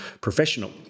professional